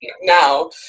now